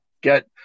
get